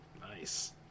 nice